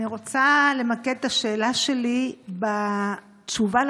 אני רוצה למקד את השאלה שלי בתשובה על